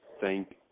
thank